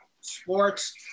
sports